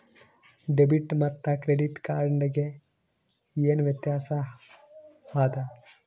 Debit ಮತ್ತ credit card ಗೆ ಏನ ವ್ಯತ್ಯಾಸ ಆದ?